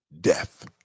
death